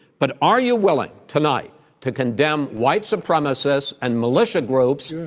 but are you willing tonight to condemn white supremacists and militia groups sure.